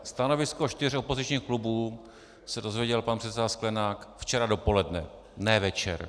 Stanovisko čtyř opozičních klubů se dozvěděl pan předseda Sklenák včera dopoledne, ne večer.